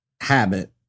Habit